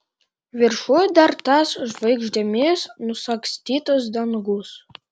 viršuj dar tas žvaigždėmis nusagstytas dangus